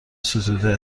ستوده